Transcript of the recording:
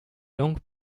langues